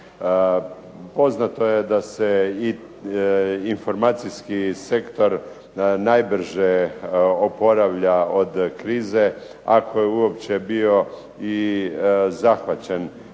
Poznato je da se informacijski sektor najbrže oporavlja od krize, ako je uopće bio i zahvaćen